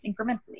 incrementally